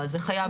אז זה חייב.